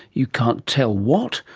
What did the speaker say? you can't tell what,